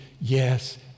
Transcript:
Yes